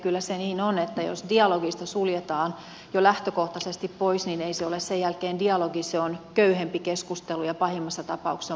kyllä se niin on että jos dialogista suljetaan jo lähtökohtaisesti pois niin ei se ole sen jälkeen dialogi se on köyhempi keskustelu ja pahimmassa tapauksessa se on monologi